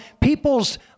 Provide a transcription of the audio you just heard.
people's